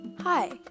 Hi